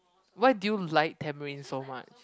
why do you like Tamarind so much